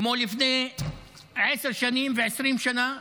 כמו לפני עשר שנים ו-20 שנה.